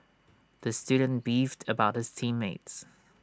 the student beefed about his team mates